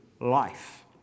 life